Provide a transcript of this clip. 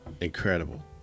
incredible